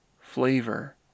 flavor